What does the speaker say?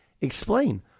explain